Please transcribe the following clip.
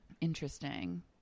Interesting